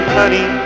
honey